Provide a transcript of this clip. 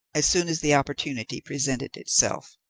as soon as the opportunity presented itself.